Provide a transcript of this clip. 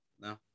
no